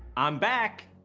i'm back!